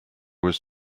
was